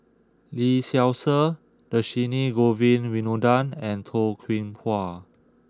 Lee Seow Ser Dhershini Govin Winodan and Toh Kim Hwa